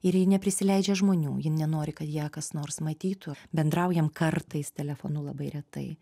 ir ji neprisileidžia žmonių ji nenori kad ją kas nors matytų bendraujam kartais telefonu labai retai